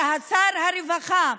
שר הרווחה,